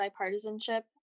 bipartisanship